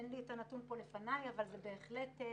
אין לי את הנתון כאן אבל זה בהחלט כך.